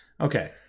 Okay